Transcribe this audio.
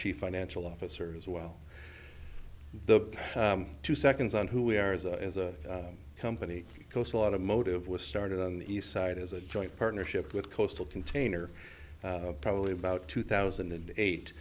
chief financial officer as well the two seconds on who we are as a as a company because a lot of motive was started on the east side as a joint partnership with coastal container probably about two thousand and eight